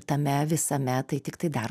tame visame tai tiktai dar